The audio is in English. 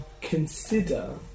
consider